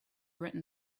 written